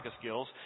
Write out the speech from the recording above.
skills